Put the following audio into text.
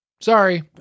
Sorry